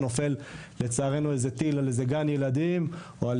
נופל לצערנו איזה טיל על איזה גן ילדים או על